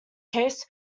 case